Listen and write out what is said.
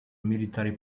military